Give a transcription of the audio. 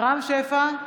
רם שפע,